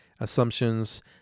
assumptions